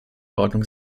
ordnung